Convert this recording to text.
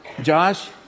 Josh